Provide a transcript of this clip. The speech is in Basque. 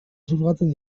xurgatzen